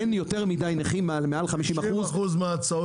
אין יותר מדיי נכים מעל 50%. 90% מההצעות